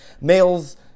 males